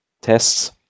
tests